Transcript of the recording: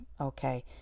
okay